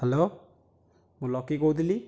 hello ମୁଁ ଲକି କହୁଥିଲି